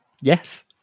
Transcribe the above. Yes